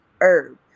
herb